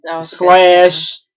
Slash